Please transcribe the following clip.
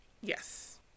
yes